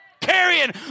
carrying